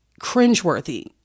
cringeworthy